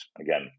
Again